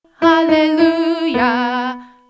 Hallelujah